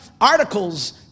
articles